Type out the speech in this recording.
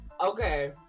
okay